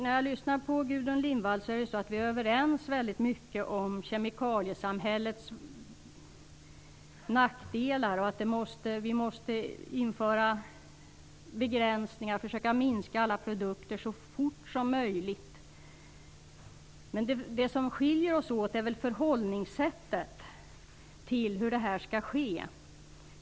När jag lyssnar på Gudrun Lindvall finner jag att vi väldigt mycket är överens när det gäller kemikaliesamhällets nackdelar. Vi måste införa begränsningar och försöka minska användningen av alla farliga produkter så fort som möjligt. Vad som skiljer oss åt är väl vårt sätt att förhålla oss till hur det här skall ske.